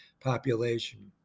population